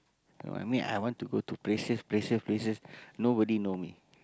no I mean I want to go to places places places nobody know me